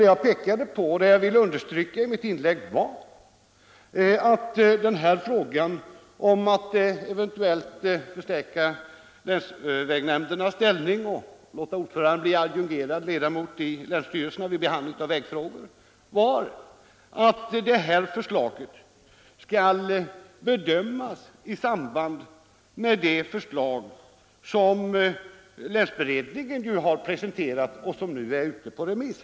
Vad jag pekade på och ville understryka i mitt inlägg var att frågan om att eventuellt förstärka länsvägnämndernas ställning och låta ordföranden bli adjungerad ledamot i länsstyrelse vid behandling av vägfrågor är något som skall bedömas i samband med de förslag som länsberedningen har presenterat och som nu är ute på remiss.